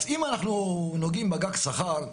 אז אם אנחנו נוגעים בגג שכר,